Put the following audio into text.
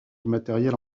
immatériel